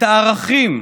את הערכים,